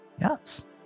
Yes